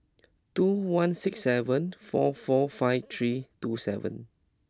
two one six seven four four five three two seven